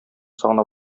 сагына